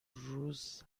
روز